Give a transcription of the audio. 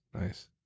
nice